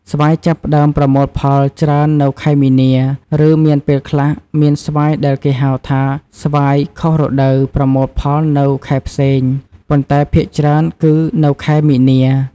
ស្វាយចាប់ផ្តើមប្រមូលផលច្រើននៅខែមីនា ឬមានពេលខ្លះមានស្វាយដែលគេហៅថាស្វាយខុសរដូវប្រមូលផលនៅខែផ្សេង ប៉ុន្តែភាគច្រើនគឺនៅខែមីនា។